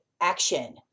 action